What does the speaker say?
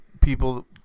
people